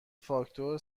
فاکتور